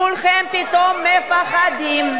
כולכם פתאום מפחדים.